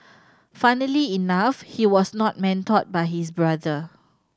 funnily enough he was not mentored by his brother